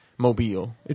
Mobile